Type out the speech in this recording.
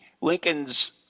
Lincoln's